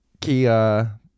Kia